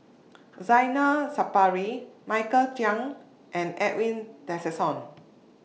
Zainal Sapari Michael Chiang and Edwin Tessensohn